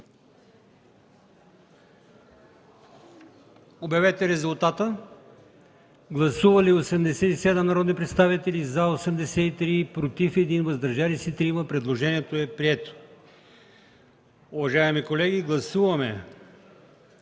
представители. Гласували 87 народни представители: за 83, против 1, въздържали се 3. Предложението е прието. Уважаеми колеги, гласуваме